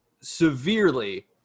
severely